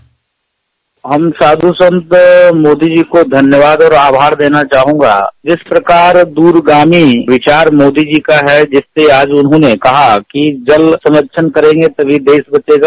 bite हम साधु संत मोदी जी को धन्यवाद और आभार देना चाहेंगे कि जिस प्रकार के दूरगामी विचार मोदी जी के हैं जिसमें आज उन्होंने का कि जल संरक्षण करेंगे तभी देश बचेगा